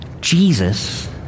Jesus